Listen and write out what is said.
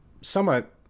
somewhat